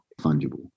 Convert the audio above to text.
fungible